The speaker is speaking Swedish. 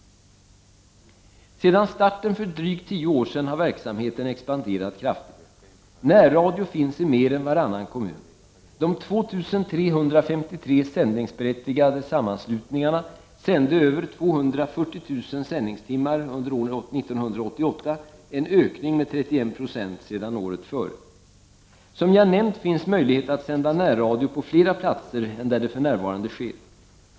Sedan starten för drygt tio år sedan har verksamheten expanderat kraftigt. Närradio finns i mer än varannan kommun. De 2353 sändningsberättigade sammanslutningarna sände över 240000 sändningstimmar under 1988, en ökning med 31 26 sedan året före. Som jag nämnt finns möjlighet att sända närradio på flera platser än där det för närvarande sker.